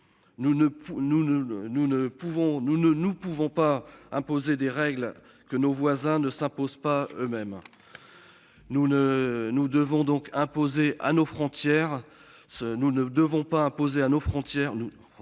nous pouvons pas imposer des règles que nos voisins ne s'impose pas eux-mêmes. Nous ne nous devons donc imposer à nos frontières